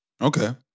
okay